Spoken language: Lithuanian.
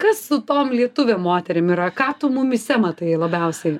kas su tom lietuvėm moterim yra ką tu mumyse matai labiausiai